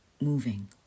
moving